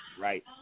right